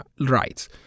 rights